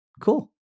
Cool